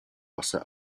wasser